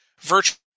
virtual